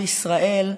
בישראל,